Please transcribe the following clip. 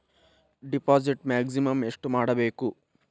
Deposit maximum ಎಷ್ಟು ಮಾಡಬೇಕು?